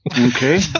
Okay